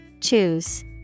Choose